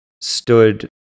stood